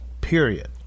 Period